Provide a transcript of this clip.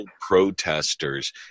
protesters